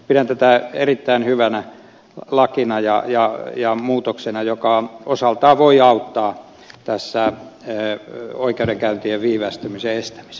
pidän tätä erittäin hyvänä lakina ja muutoksena joka osaltaan voi auttaa tässä oikeudenkäyntien viivästymisenst